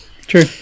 True